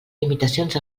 limitacions